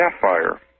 Sapphire